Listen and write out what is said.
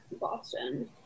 Boston